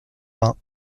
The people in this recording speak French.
vingt